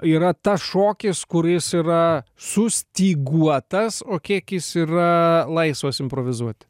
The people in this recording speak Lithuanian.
yra tas šokis kuris yra sustyguotas o kiek jis yra laisvas improvizuot